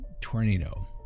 tornado